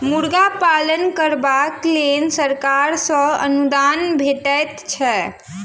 मुर्गा पालन करबाक लेल सरकार सॅ अनुदान भेटैत छै